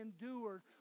endured